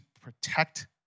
protect